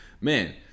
man